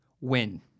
win